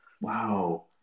Wow